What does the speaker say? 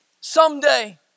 someday